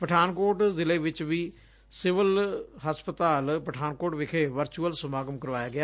ਪਠਾਨਕੋਟ ਜ਼ਿਲ਼ੇ ਵਿੱਚ ਵੀ ਸਿਵਲ ਹਸਪਤਾਲ ਪਠਾਨਕੋਟ ਵਿਖੇ ਵਰਚੁਅਲ ਸਮਾਗਮ ਕਰਵਾਇਆ ਗਿਆ